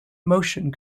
motion